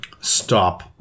Stop